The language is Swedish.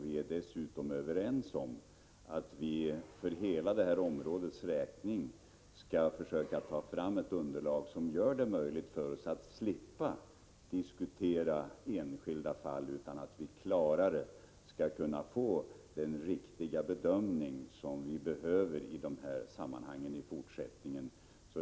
Vi är dessutom överens om att man för hela det här området skall försöka ta fram ett underlag som gör det möjligt för att oss att slippa diskutera enskilda fall — vi skall lättare kunna komma fram till den riktiga bedömningen i de här sammanhangen.